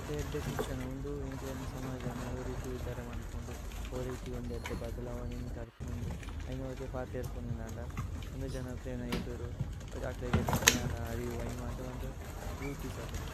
ഇതി ഏദ്ദേ സിക്സന ഉന്ദു ഏന്ഗ്ലേന സമജനു ഓരിതി। ഉദ്ദര മന്പുന്ദു ഓരിതി ഉന്ദി ഏദ്ദ ബദലവനേനു। തര്പുന്ദു അയ്നു വഗേ പാതേ ഏര്പുന്ദു നന്ദ ഉന്ദു। ജനക്ലേന ഏദ്ദുരു അക്ലേഗ ഏദ്ദ ജ്ഞന അരിവു। അയ്നു വന്തേ വന്തേ രുദു പിസപദു